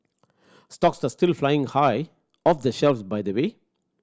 stocks the still flying high off the shelves by the way